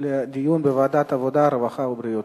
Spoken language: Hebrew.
לדיון בוועדת העבודה, הרווחה והבריאות.